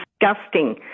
disgusting